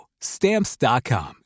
Stamps.com